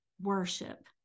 worship